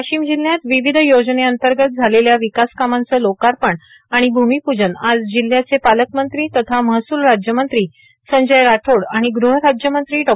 वाशिम जिल्हात विविध योजनेअंतर्गत झालेल्या विकास कामांच लोकार्पण आणि भूमिपूजन आज जिल्ह्याचे पालकमंत्री तथा महसूल राज्यमंत्री संजय राठोड आणि गुहराज्यमंत्री डॉ